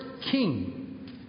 king